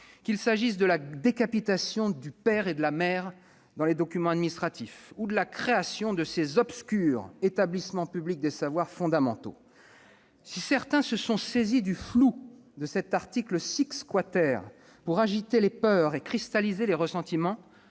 qu'il s'agisse de la décapitation du « père » et de la « mère » dans les documents administratifs ou de la création des obscurs établissements publics des savoirs fondamentaux. Si certains se sont saisis du flou de cet article 6 pour agiter les peurs et cristalliser les ressentiments,